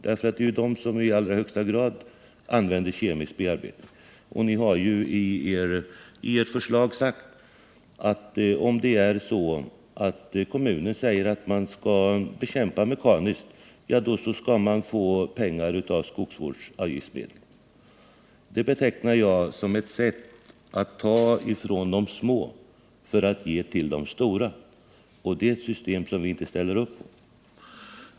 Det är dessa sistnämnda som i allra högsta grad använder kemisk bearbetning. Och ni har ju i ert förslag framhållit att om kommunen säger att man skall bekämpa på mekanisk väg, så skall man få pengar av skogsvårdsavgiftsmedel. Det betecknar jag som ett sätt att ta från de små för att ge till de stora, och det är ett system som vi inte ställer upp på.